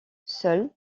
seule